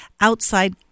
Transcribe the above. outside